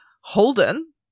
holden